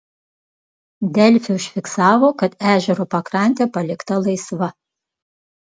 delfi užfiksavo kad ežero pakrantė palikta laisva